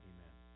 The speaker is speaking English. Amen